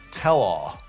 tell-all